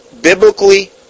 biblically